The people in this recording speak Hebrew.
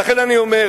לכן אני אומר,